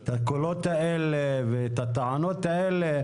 את הקולות האלה ואת הטענות האלה,